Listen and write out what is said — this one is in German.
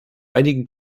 einigen